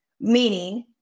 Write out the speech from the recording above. meaning